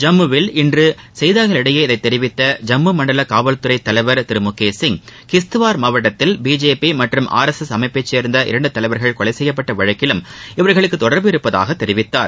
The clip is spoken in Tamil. ஜம்முவில் இன்று செய்தியாளர்களிடம் இதை தெரிவித்த ஜம்மு மண்டல காவல் துறை தலைவர் திரு முகேஷ் சிங் கிஷ்ட்வார் மாவட்டத்தில் பிஜேபி மற்றும் ஆர்எஸ்எஸ் அமைப்பை சேர்ந்த இரண்டு தலைவர்கள் கொலை செய்யப்பட்ட வழக்கிலும் இவர்களுக்கு தொடர்பு இருப்பதாக தெரிவித்தார்